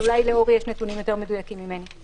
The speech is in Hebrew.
אולי לאורי יש נתונים מדויקים יותר.